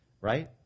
right